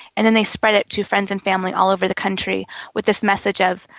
and then they spread it to friends and family all over the country with this message of,